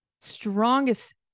strongest